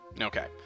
Okay